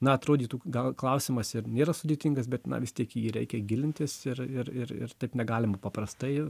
na atrodytų gal klausimas ir nėra sudėtingas bet na vis tiek į jį reikia gilintis ir ir ir taip negalima paprastai